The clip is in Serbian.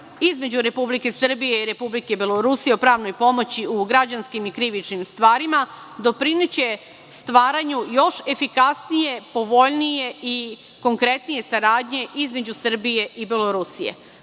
između Republike Srbije i Republike Belorusije o pravnoj pomoći u građanskim i krivičnim stvarima doprineće stvaranju još efikasnije, povoljnije i konkretnije saradnje između Srbije i Belorusije. Poslanička